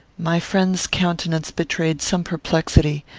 my friend's countenance betrayed some perplexity.